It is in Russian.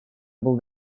был